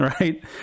Right